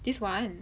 this one